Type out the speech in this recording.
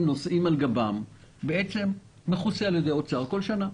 נושאים על גבם בעצם מכוסים על ידי האוצר בכל שנה.